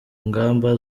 ngamba